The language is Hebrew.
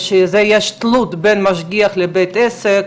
שיש תלות בין משגיח לבית עסק.